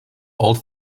old